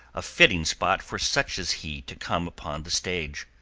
a fitting spot for such as he to come upon the stage.